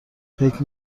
فکر